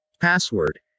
Password